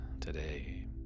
today